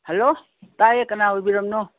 hello ꯇꯥꯏꯌꯦ ꯀꯅꯥ ꯑꯣꯏꯕꯤꯔꯝꯅꯣ